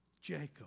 Jacob